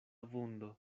vundo